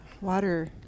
water